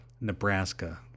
Nebraska